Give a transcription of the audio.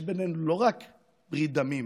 יש בינינו לא רק ברית דמים